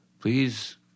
please